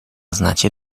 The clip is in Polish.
znacie